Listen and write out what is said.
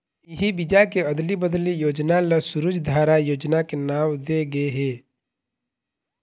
इही बीजा के अदली बदली योजना ल सूरजधारा योजना के नांव दे गे हे